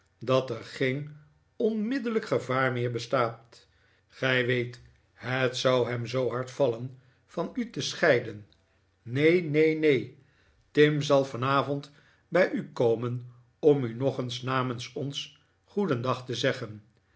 dat er geen onmiddellijk gevaar meer bestaat gij weet het zou hem zoo hard vallen van u te scheiden neen neen neen tim zal vanavond bij u komen om u nog eens namens ons goedendag te zeggen